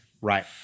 Right